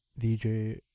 dj